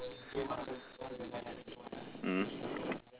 mm